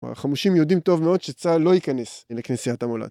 החמושים יודעים טוב מאוד שצהל לא ייכנס לכנסיית המולד.